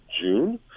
June